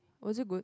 was it good